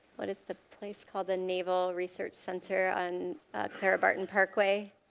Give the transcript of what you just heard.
what is the place called? the naval research center on clara barton parkway.